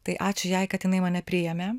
tai ačiū jai kad jinai mane priėmė